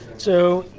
so,